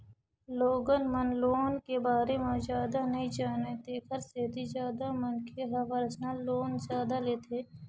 लोगन मन लोन के बारे म जादा नइ जानय तेखर सेती जादा मनखे ह परसनल लोन जादा लेथे